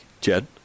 Jed